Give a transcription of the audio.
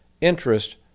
interest